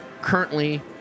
Currently